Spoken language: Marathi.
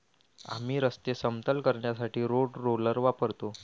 आम्ही रस्ते समतल करण्यासाठी रोड रोलर वापरतो